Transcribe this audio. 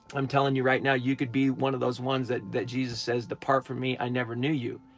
i'm telling you right now, you could be one of those ones that that jesus says depart from me, i never knew you,